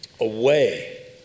away